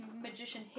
magician